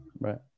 Right